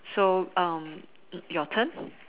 so um your turn